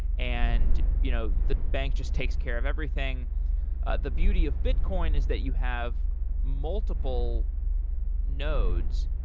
and you know the bank just takes care of everything the beauty of bitcoin is that you have multiple nodes,